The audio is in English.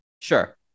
Sure